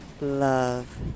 love